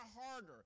harder